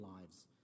lives